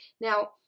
Now